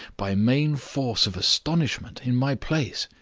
by main force of astonishment, in my place.